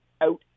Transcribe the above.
out